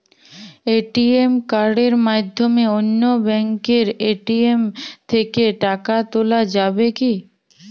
ATM কার্ডের মাধ্যমে অন্য ব্যাঙ্কের এ.টি.এম থেকে টাকা তোলা যাবে কি?